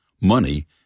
money